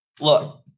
look